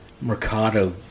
Mercado